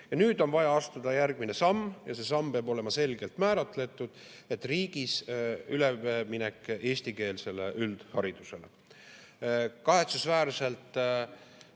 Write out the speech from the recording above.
Nüüd on vaja astuda järgmine samm ja see samm peab olema selgelt määratletud: üleminek riigis eestikeelsele üldharidusele.